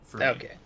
Okay